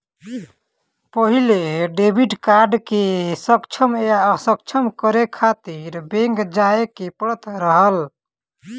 पहिले debit card के सक्षम या असक्षम करे खातिर बैंक जाए के पड़त रहल